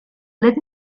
let